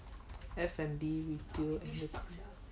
F&B retail